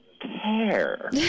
care